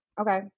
Okay